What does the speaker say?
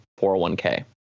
401k